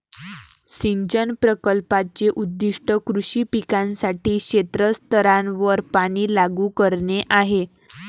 सिंचन प्रकल्पाचे उद्दीष्ट कृषी पिकांसाठी क्षेत्र स्तरावर पाणी लागू करणे आहे